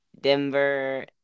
Denver